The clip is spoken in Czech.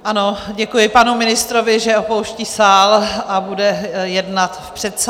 Ano, děkuji panu ministrovi, že opouští sál a bude jednat v předsálí.